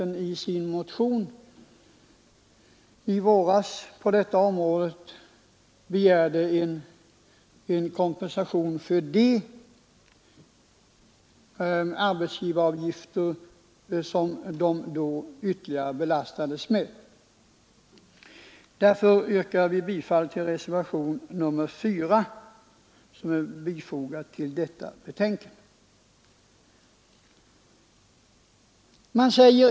I sin motion i våras begärde centern kompensation för de arbetsgivaravgifter som de ideella organisationerna då ytterligare belastades med.